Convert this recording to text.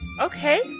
okay